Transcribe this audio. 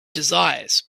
desires